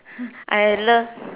I love